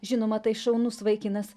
žinoma tai šaunus vaikinas